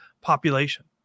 population